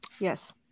Yes